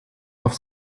auf